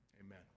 amen